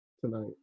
tonight